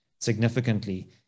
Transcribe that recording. significantly